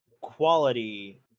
quality